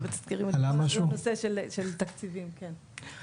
הנושא של תקציבים, כן.